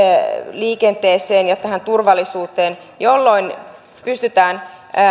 liikenteeseen ja turvallisuuteen jolloin pystytään